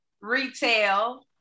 retail